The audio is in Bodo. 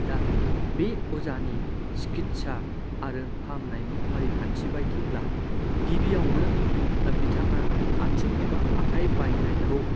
दा बे अजानि सिकित्सा आरो फाहामनायनि फारिखान्थि बायदिब्ला गिबियावनो बिथाङा आथिं एबा आखाइ बायनायखौ